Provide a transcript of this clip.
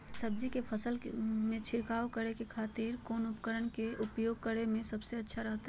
सब्जी के फसल में छिड़काव करे के खातिर कौन उपकरण के उपयोग करें में सबसे अच्छा रहतय?